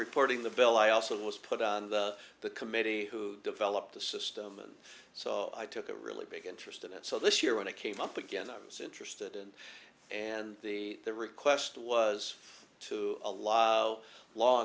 reporting the bill i also was put on the committee who developed the system and so i took a really big interest in it so this year when it came up again i was interested in and the the request was to a lo